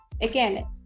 again